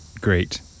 great